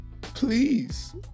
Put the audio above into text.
Please